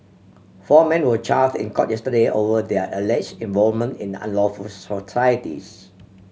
four men were chars in court yesterday over their allege involvement in unlawful societies